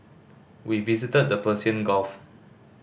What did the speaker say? we visited the Persian Gulf